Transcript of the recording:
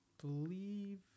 believe